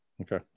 Okay